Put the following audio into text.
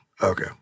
Okay